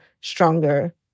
stronger